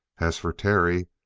as for terry,